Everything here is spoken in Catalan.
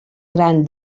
gran